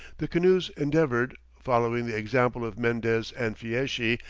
the canoes endeavoured, following the example of mendez and fieschi,